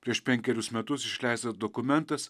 prieš penkerius metus išleistas dokumentas